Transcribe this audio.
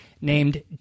named